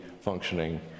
functioning